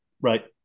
right